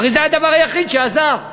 הרי זה הדבר היחיד שעזר.